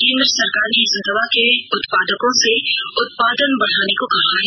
केंद्र सरकार ने इस दवा के उत्पादकों से उत्पादन बढ़ाने को कहा है